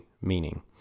meaning